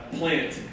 plant